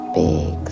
big